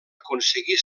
aconseguir